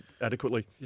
adequately